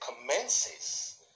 commences